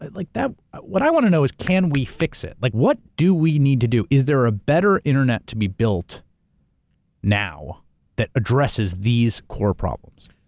like what i wanna know is can we fix it? like, what do we need to do? is there a better internet to be built now that addresses these core problems?